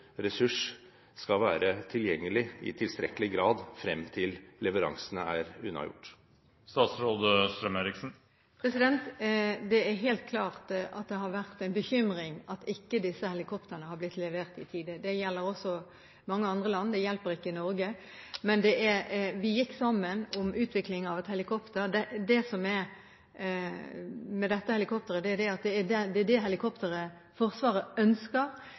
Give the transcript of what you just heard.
i tilstrekkelig grad skal være tilgjengelig frem til leveransene er unnagjort? Det har helt klart vært en bekymring at disse helikoptrene ikke har blitt levert i tide. Det gjelder også for mange andre land. Det hjelper ikke Norge, men vi gikk sammen om utvikling av et helikopter. Det som er spesielt med dette helikopteret, er at det er det helikopteret Forsvaret ønsker. Det er det som gir den operative kapasiteten som Forsvaret